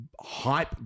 hype